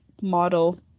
model